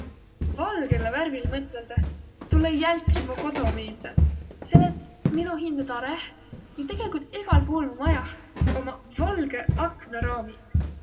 Valgõlõ värvile mõtõldõh tulõ jälki mu kodo miilde, selle et mino hindä tarõh, vai tegelikult egäl puul mu majah, ommaq valgõq aknaraamiq.